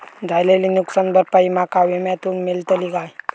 झालेली नुकसान भरपाई माका विम्यातून मेळतली काय?